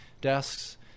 desks